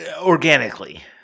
organically